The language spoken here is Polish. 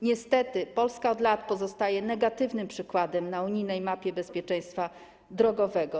Niestety Polska od lat pozostaje negatywnym przykładem na unijnej mapie bezpieczeństwa drogowego.